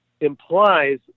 implies